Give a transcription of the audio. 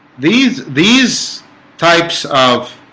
these these types of